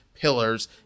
pillars